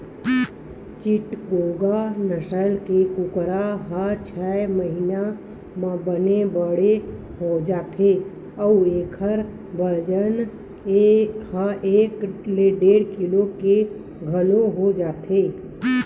चिटगोंग नसल के कुकरा ह छय महिना म बने बाड़ जाथे अउ एखर बजन ह एक ले डेढ़ किलो के घलोक हो जाथे